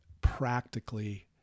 practically